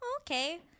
okay